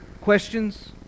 questions